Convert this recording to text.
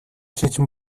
чечим